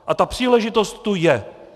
A ta příležitost tu je.